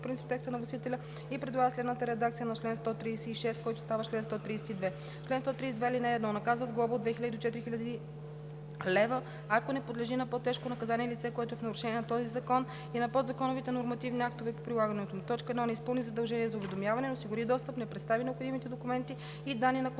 принцип текста на вносителя и предлага следната редакция на чл. 136, който става чл. 132: „Чл. 132. (1) Наказва се с глоба от 2000 до 4000 лв., ако не подлежи на по-тежко наказание, лице, което в нарушение на този закон и на подзаконовите нормативни актове по прилагането му: 1. не изпълни задължение за уведомяване, не осигури достъп, не представи необходимите документи и данни на контролните